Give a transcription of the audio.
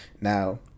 Now